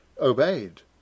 obeyed